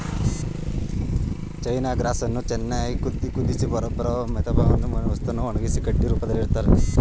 ಚೈನ ಗ್ರಾಸನ್ನು ಚೆನ್ನಾಗ್ ಕುದ್ಸಿ ಹೊರಬರೋ ಮೆತುಪಾಕದಂತಿರೊ ವಸ್ತುನ ಒಣಗ್ಸಿ ಕಡ್ಡಿ ರೂಪ್ದಲ್ಲಿಡ್ತರೆ